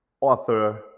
author